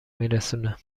میرسونه